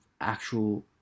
actual